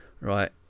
right